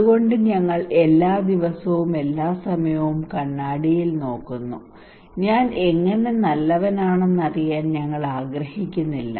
അതുകൊണ്ട് ഞങ്ങൾ എല്ലാ ദിവസവും എല്ലാ സമയവും കണ്ണാടിയിൽ നോക്കുന്നു ഞാൻ എങ്ങനെ നല്ലവനാണെന്ന് അറിയാൻ ഞങ്ങൾ ആഗ്രഹിക്കുന്നില്ല